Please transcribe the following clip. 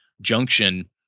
junction